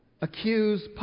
accuse